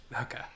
Okay